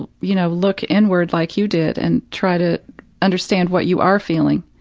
you know, look inward like you did and try to understand what you are feeling.